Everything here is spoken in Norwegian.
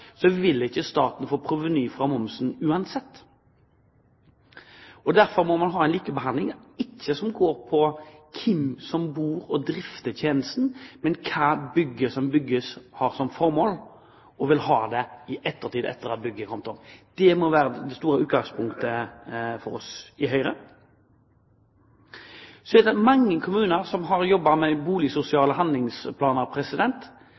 vil ikke staten få proveny av momsen uansett. Derfor må man ha en likebehandling som ikke går på hvem som bor, og hvem som drifter tjenesten, men på hva bygget som bygges, har som formål og vil ha som formål i ettertid, etter at bygget har kommet opp. Det må være det store utgangspunktet for oss i Høyre. Så er det mange kommuner som har jobbet med